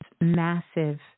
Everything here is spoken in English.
massive